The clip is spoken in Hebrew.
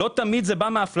לא תמיד זה בא מאפליה,